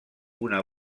una